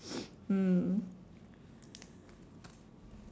mm